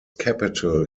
capital